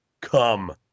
come